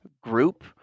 group